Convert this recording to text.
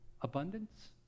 abundance